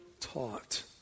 taught